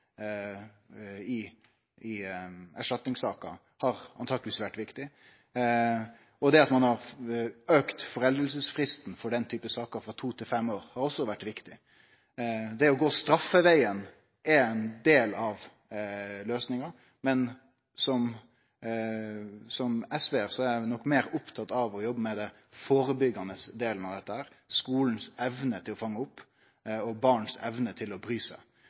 i erstatningssaker, har antakeleg vore viktig, og det at ein har forlengt foreldingsfristen for den typen saker frå to til fem år, har også vore viktig. Det å gå straffevegen er ein del av løysinga, men som SV-ar er eg nok meir opptatt av å jobbe med den førebyggande delen av dette, med skolens evne til å fange opp og barns evne til å bry seg.